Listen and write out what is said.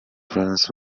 francs